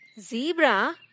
Zebra